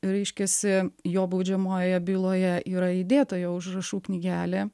reiškiasi jo baudžiamojoje byloje yra įdėta jo užrašų knygelė